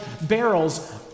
barrels